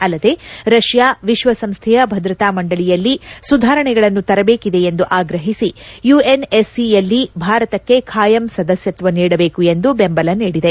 ಅಲ್ಲದೆ ರಷ್ಯಾ ವಿಶ್ವಸಂಸ್ಥೆಯ ಭದ್ರತಾ ಮಂದಳಿಯಲ್ಲಿ ಸುಧಾರಣೆಗಳನ್ನು ತರಬೇಕಿದೆ ಎಂದು ಆಗ್ರಹಿಸಿ ಯುಎನ್ಎಸ್ಸಿಯಲ್ಲಿ ಭಾರತಕ್ಕೆ ಕಾಯಂ ಸದಸ್ಯತ್ವ ನೀಡಬೇಕು ಎಂದು ಬೆಂಬಲ ನೀಡಿದೆ